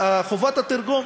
חובת התרגום,